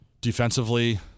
Defensively